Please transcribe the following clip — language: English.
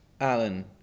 Alan